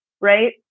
Right